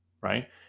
right